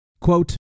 Quote